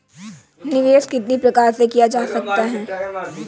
निवेश कितनी प्रकार से किया जा सकता है?